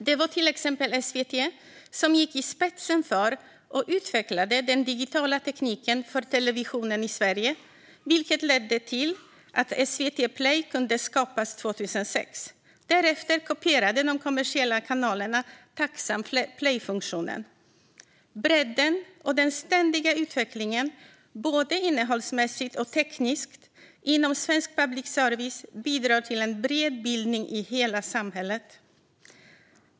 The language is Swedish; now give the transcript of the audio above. Det var till exempel SVT som gick i spetsen för och utvecklade den digitala tekniken för televisionen i Sverige, vilket ledde till att SVT Play kunde skapas 2006. Därefter kopierade de kommersiella kanalerna tacksamt playfunktionen. Bredden och den ständiga utvecklingen, både innehållsmässigt och tekniskt, inom svensk public service bidrar till en bred bildning i hela samhället.